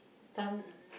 some